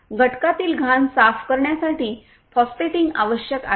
घटकातील घाण साफ करण्यासाठी फॉस्फेटिंग आवश्यक आहे